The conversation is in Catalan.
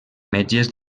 metges